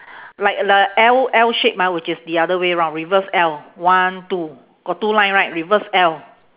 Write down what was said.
like the L L shape ah which is the other way round reverse L one two got two line right reverse L